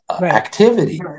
activity